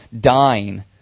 dying